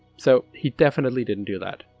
so he definitely didn't do that.